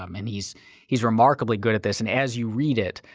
um and he's he's remarkably good at this and as you read it